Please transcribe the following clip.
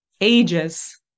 ages